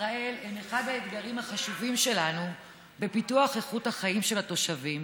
בישראל הם אחד האתגרים החשובים שלנו בפיתוח איכות החיים של התושבים,